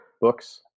books